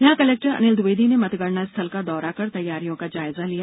यहा कलेक्टर अनिल द्विवेदी ने मतगणना स्थल का दौरा कर तैयारियों का जायजा लिया